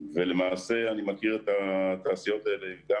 ולמעשה אני מכיר את התעשיות האלה גם